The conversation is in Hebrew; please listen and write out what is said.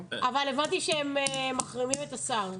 אבל הבנתי שהם מחרימים את השר.